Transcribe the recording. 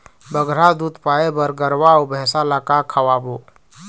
बगरा दूध पाए बर गरवा अऊ भैंसा ला का खवाबो?